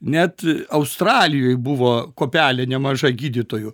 net australijoj buvo kuopelė nemaža gydytojų